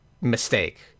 mistake